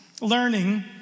learning